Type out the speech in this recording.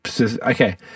Okay